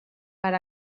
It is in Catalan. per